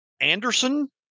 Anderson